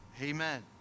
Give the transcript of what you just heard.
Amen